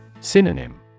Synonym